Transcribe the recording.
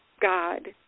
God